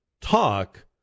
talk